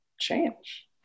change